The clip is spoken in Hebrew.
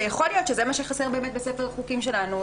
ויכול להיות שזה מה שחסר באמת בספר החוקים שלנו,